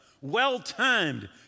Well-timed